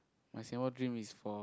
my Singapore dream is for